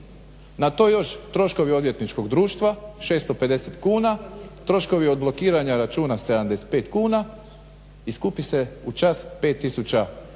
Na to još troškovi odvjetničkog društva 650 kuna, troškovi odblokiranja računa 75 kuna i skupi se u čas 5000